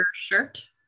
shirt